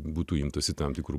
būtų imtasi tam tikrų